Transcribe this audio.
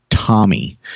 Tommy